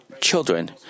children